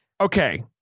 Okay